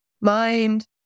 mind